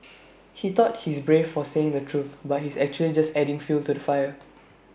he thought he's brave for saying the truth but he's actually just adding fuel to the fire